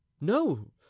No